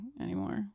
anymore